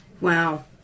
wow